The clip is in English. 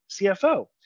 CFO